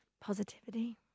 positivity